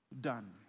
done